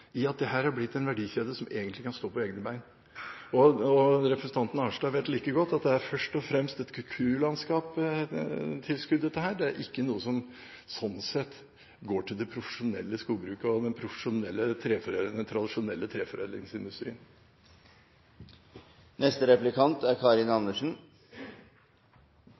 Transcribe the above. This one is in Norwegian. i at dette er blitt en verdikjede som egentlig kan stå på egne bein. Representanten Arnstad vet godt at dette først og fremst er et kulturlandskapstilskudd, det er ikke noe som sånn sett går til det profesjonelle skogbruket og den tradisjonelle treforedlingsindustrien.